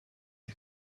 the